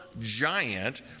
giant